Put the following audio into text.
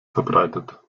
verbreitet